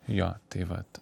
jo tai vat